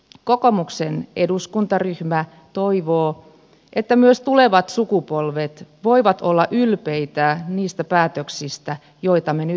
kokoomuksen eduskuntaryhmä toivoo että myös tulevat sukupolvet voivat olla ylpeitä niistä päätöksistä joita me nyt teemme